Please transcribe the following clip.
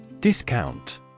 Discount